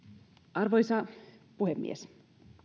arvoisa puhemies